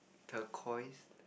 turquoise